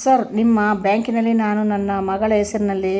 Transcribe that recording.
sir ನಿಮ್ಮ ಬ್ಯಾಂಕಿನಲ್ಲಿ ನಾನು ನನ್ನ ಮಗಳ ಹೆಸರಲ್ಲಿ